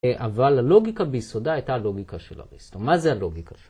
‫אבל הלוגיקה ביסודה ‫הייתה הלוגיקה של אריסטו. ‫מה זה הלוגיקה שפ?